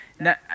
now